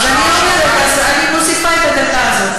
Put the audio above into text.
אז אני אומרת: אני מוסיפה את הדקה הזאת.